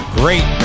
great